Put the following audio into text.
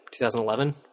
2011